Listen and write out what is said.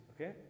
Okay